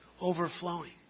overflowing